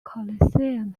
coliseum